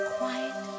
quiet